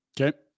Okay